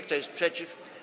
Kto jest przeciw?